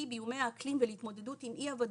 באיומי האקלים ולהתמודדות עם אי הוודאות,